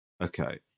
Okay